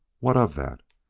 what of that?